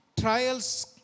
trials